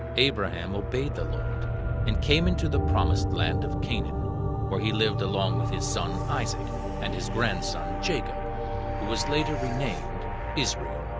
abraham obeyed the lord and came into the promised land of canaan where he lived along with his son isaac and his grandson jacob, who was later renamed israel.